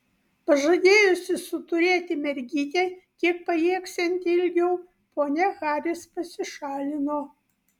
pažadėjusi suturėti mergytę kiek pajėgsianti ilgiau ponia haris pasišalino